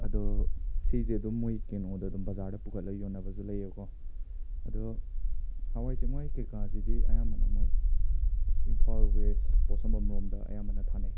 ꯑꯗꯣ ꯁꯤꯁꯦ ꯑꯗꯨꯝ ꯃꯣꯏ ꯀꯩꯅꯣꯗ ꯑꯗꯨꯝ ꯕꯖꯥꯔꯗ ꯄꯨꯈꯠꯂꯒ ꯌꯣꯟꯅꯕꯁꯨ ꯂꯩꯌꯦꯀꯣ ꯑꯗꯣ ꯍꯋꯥꯏ ꯆꯦꯡꯋꯥꯏ ꯀꯩꯀꯥꯁꯤꯗꯤ ꯑꯌꯥꯝꯕꯅ ꯃꯣꯏ ꯏꯝꯐꯥꯜ ꯋꯦꯁ ꯄꯣꯠꯁꯪꯕꯝ ꯔꯣꯝꯗ ꯑꯌꯥꯝꯕꯅ ꯊꯥꯅꯩ